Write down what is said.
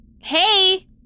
Hey